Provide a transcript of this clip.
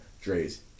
Dre's